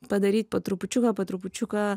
padaryt po trupučiuką po trupučiuką